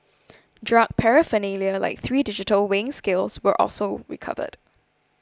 drug paraphernalia like three digital weighing scales were also recovered